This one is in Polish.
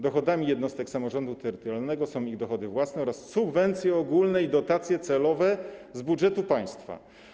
Dochodami jednostek samorządu terytorialnego są ich dochody własne oraz subwencje ogólne i dotacje celowe z budżetu państwa.